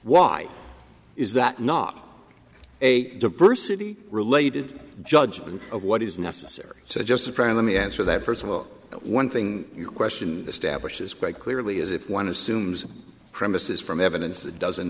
why is that not a diversity related judgment of what is necessary just a crime let me answer that first of all one thing your question establishes quite clearly is if one assumes premises from evidence that doesn't